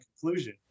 conclusion